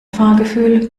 fahrgefühl